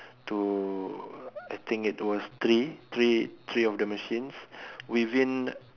to I think it was three three three of the machines within